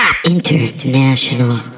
International